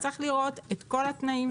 צריך לראות את כל התנאים,